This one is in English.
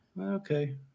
Okay